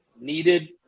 needed